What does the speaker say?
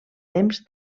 temps